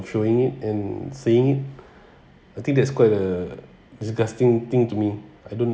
showing it and saying it I think that's quite a disgusting thing to me I don't